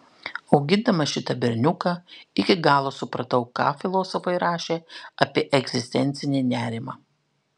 augindamas šitą berniuką iki galo supratau ką filosofai rašė apie egzistencinį nerimą